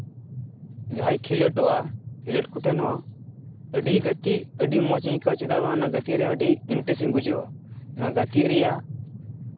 ᱡᱟᱦᱟᱸᱭ ᱠᱷᱮᱞᱳᱰᱚᱜᱼᱟ ᱠᱷᱮᱞᱳᱰ ᱠᱚᱴᱷᱮᱱ ᱦᱚᱸ ᱟᱹᱰᱤ ᱜᱟᱛᱮᱜ ᱟᱹᱰᱤ ᱢᱚᱸᱡᱤᱧ ᱟᱹᱭᱠᱟᱹᱣᱟ ᱚᱱᱟ ᱜᱟᱛᱮᱜ ᱨᱮ ᱟᱹᱰᱤ ᱵᱮᱥ ᱤᱧ ᱵᱩᱡᱷᱟᱹᱣᱟ ᱚᱱᱟ ᱜᱟᱛᱮᱜ ᱨᱮᱭᱟᱜ